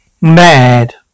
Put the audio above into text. Mad